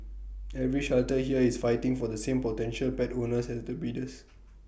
every shelter here is fighting for the same potential pet owners as the breeders